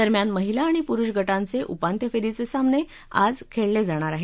दरम्यान महिला आणि पुरुष गटाचे उपांत्य फेरीचे सामने आज खेळले जाणार आहेत